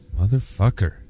motherfucker